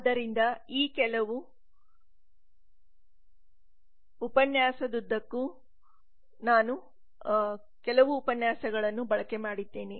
ಆದ್ದರಿಂದ ಈ ಕೆಲವು ಉಪನ್ಯಾಸಗಳು ಈ ಉಪನ್ಯಾಸದುದ್ದಕ್ಕೂ ನಾನು ಬಳಕೆಮಾಡಿದ್ದೇನೆ